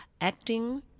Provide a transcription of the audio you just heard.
acting